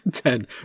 Ten